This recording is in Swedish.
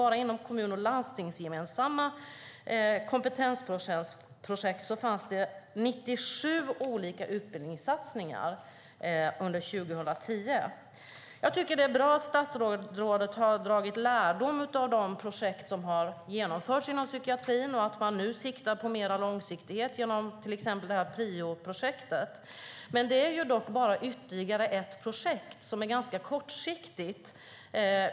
Bara inom landstingsgemensamma kompetensprojekt fanns det 97 olika utbildningssatsningar under 2010. Jag tycker att det är bra att statsrådet har dragit lärdom av de projekt som har genomförts inom psykiatrin och att man nu siktar på mer långsiktighet genom till exempel PRIO-projektet. Det är dock bara ytterligare ett projekt, som är ganska kortsiktigt.